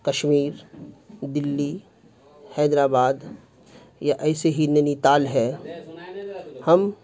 کشمیر دلی حیدرآباد یا ایسے ہی نینی تال ہے ہم